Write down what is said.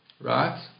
Right